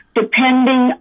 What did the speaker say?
depending